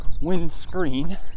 windscreen